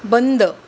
बंद